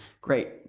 Great